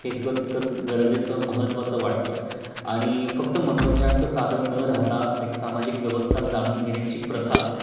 हे सुद्धा तितकंच गरजेचं महत्वाचं वाटतं आणि फक्त मनोरंजनाचं साधन न राहता एक सामाजिक व्यवस्था जाणून घेण्याची प्रथा